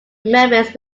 members